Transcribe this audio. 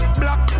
black